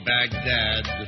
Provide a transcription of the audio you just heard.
Baghdad